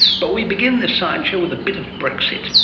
but we begin this science show with a bit of brexit.